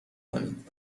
کنید